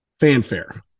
Fanfare